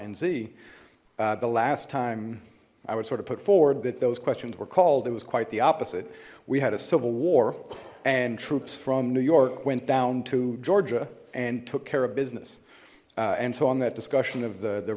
and z the last time i would sort of put forward that those questions were called it was quite the opposite we had a civil war and troops from new york went down to georgia and took care of business and so on that discussion of the the